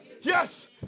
Yes